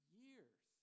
years